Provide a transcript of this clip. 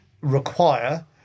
require